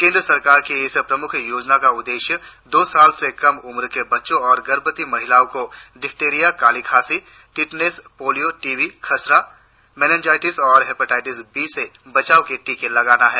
केंद्र सरकार की इस प्रमुख योजना का उद्देश्य दो वर्ष से कम उम्र के बच्चों और गर्भवती महिलाओं को डिप्थिरियां काली खांसी टिटनेस पोलिय टीबी खसरा मेनिनजाइटिस और हेपेटाइटिस बी से बचाव के टीके लगाना है